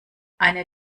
eine